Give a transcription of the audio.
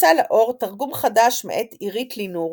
יצא לאור תרגום חדש מאת עירית לינור